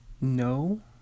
No